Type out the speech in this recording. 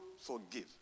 forgive